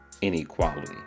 inequality